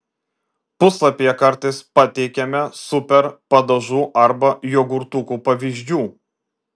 puslapyje kartais pateikiame super padažų arba jogurtukų pavyzdžių